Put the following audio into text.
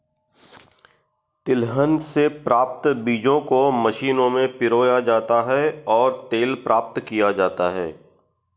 तिलहन से प्राप्त बीजों को मशीनों में पिरोया जाता है और तेल प्राप्त किया जाता है